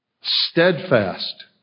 Steadfast